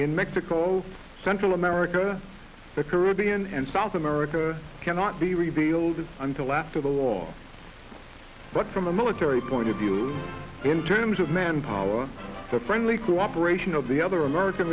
in mexico central america the caribbean and south america cannot be revealed until after the war but from a military point of view in terms of manpower the friendly cooperation of the other american